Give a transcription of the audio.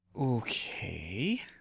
Okay